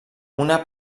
una